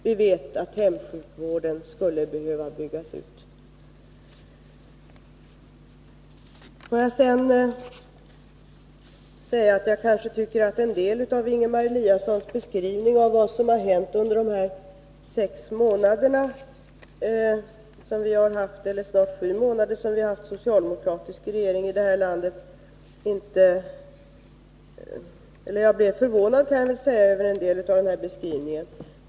Vi vet att hemsjukvården skulle behöva byggas ut. Ingemar Eliassons beskrivning av vad som hänt under de sex, snart sju, månader som vi har haft en socialdemokratisk regering i det här landet förvånar mig till en del. Bl.